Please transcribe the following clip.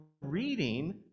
reading